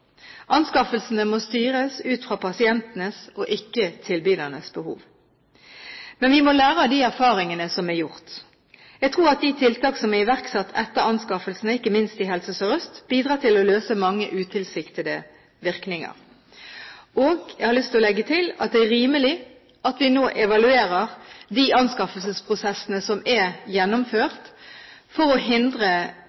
Anskaffelsene må styres ut fra pasientenes og ikke tilbydernes behov. Men vi må lære av de erfaringene som er gjort. Jeg tror at de tiltak som er iverksatt etter anskaffelsene, ikke minst i Helse Sør-Øst, bidrar til å løse mange utilsiktede virkninger, og – jeg har lyst til å legge til – at det er rimelig at vi nå evaluerer de anskaffelsesprosessene som er